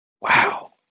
Wow